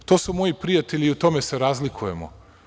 To su moji prijatelju i u tome se razlikujemo.